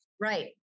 right